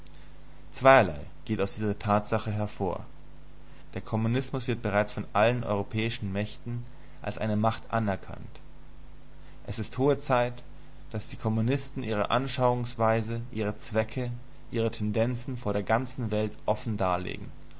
zweierlei geht aus dieser tatsache hervor der kommunismus wird bereits von allen europäischen mächten als eine macht anerkannt es ist hohe zeit daß die kommunisten ihre anschauungsweise ihre zwecke ihre tendenzen vor der ganzen welt offen darlegen